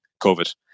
COVID